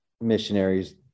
missionaries